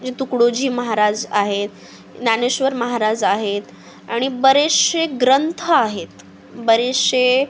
जे तुकडोजी महाराज आहेत ज्ञानेश्वर महाराज आहेत आणि बरेचसे ग्रंथ आहेत बरेचसे